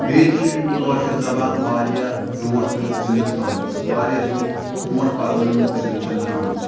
بیٚیہِ چھُ أمۍ کٲشِر زَبان واریاہ برٛونٛٹھ تہٕ زِنٛدٕ تھٲومٕژ واریاہ زیوٗ برٛونٛٹھ پَکنٲومٕژ تہٕ زِنٛدٕ چھَن تھٲومٕژ